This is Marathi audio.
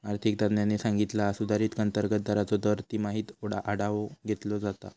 आर्थिक तज्ञांनी सांगितला हा सुधारित अंतर्गत दराचो दर तिमाहीत आढावो घेतलो जाता